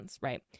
Right